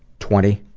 twenty.